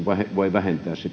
voi vähentää